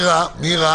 אנחנו מבקשים, אם אפשר